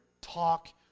talk